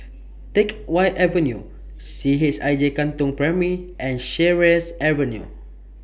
Teck Whye Avenue C H I J Katong Primary and Sheares Avenue